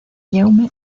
jaume